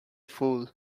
fool